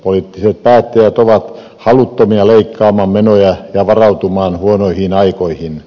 poliittiset päättäjät ovat haluttomia leikkaamaan menoja ja varautumaan huonoihin aikoihin